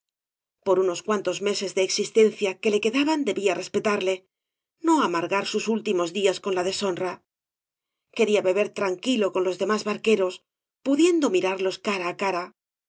por unos cuantos meses de existencia que le quedaban debía respetarle no amargar sus últimos días con la deshonra quería beber tranquilo con los demás barqueros pudiendo mirarlos cara á cara